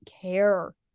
care